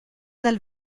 dal